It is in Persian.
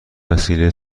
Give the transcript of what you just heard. وسیله